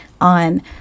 on